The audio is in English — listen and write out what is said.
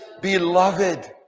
beloved